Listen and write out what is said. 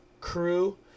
crew